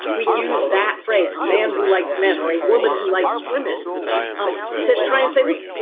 we use that phrase, a man who likes men or a woman who likes women um to try and say, look,